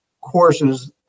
courses